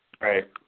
Right